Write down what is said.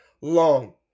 long